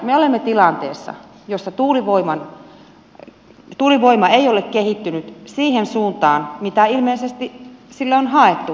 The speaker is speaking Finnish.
me olemme tilanteessa jossa tuulivoima ei ole kehittynyt siihen suuntaan mitä ilmeisesti sillä on haettu